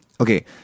Okay